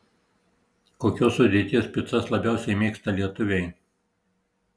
kokios sudėties picas labiausiai mėgsta lietuviai